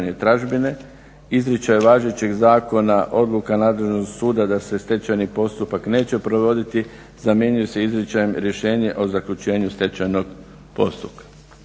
Izričaj važećeg zakona, odluka nadležnog suda da se stečajni postupak neće provoditi zamjenjuju se izričajem rješenje o zaključenju stečajnog postupka.